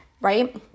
right